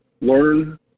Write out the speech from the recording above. learn